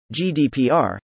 GDPR